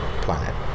planet